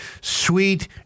sweet